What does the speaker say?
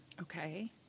Okay